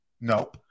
No